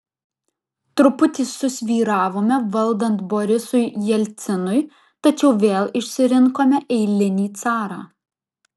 truputį susvyravome valdant borisui jelcinui tačiau vėl išsirinkome eilinį carą